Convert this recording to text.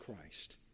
Christ